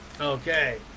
okay